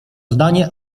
zdanie